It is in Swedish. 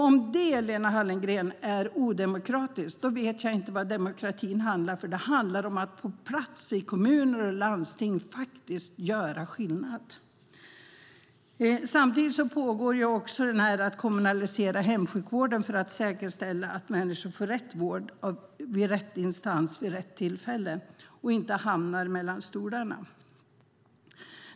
Om det är odemokratiskt, Lena Hallengren, vet jag inte vad demokrati handlar om. Det handlar om att på plats i kommuner och landsting faktiskt göra skillnad. Samtidigt pågår arbetet med att kommunalisera hemsjukvården för att säkerställa att människor får rätt vård av rätt instans vid rätt tillfälle och inte hamnar mellan stolarna.